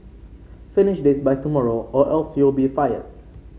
finish this by tomorrow or else you'll be fired